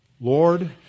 Lord